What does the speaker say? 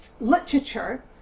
literature